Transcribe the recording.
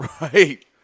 Right